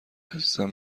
عزیزم